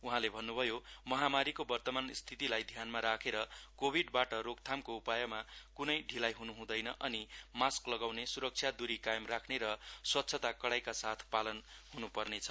उहाँले भन्नु भयो महामारीको वर्तमान स्थितिलाई ध्यानमा राखेर कोबिडबाट रोकथामको उपायमा कुनै ढिलाई हुनु हुँदैन अनि मास्क लगाउने सुरक्षा दुरी कायम राख्ने र स्वच्छता कडाइका साथ पालन हुनुपर्नेछ